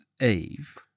Eve